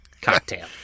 cocktail